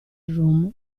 rum